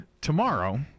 Tomorrow